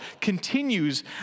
continues